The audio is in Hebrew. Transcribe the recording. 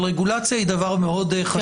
אבל רגולציה היא דבר מאוד חשוב.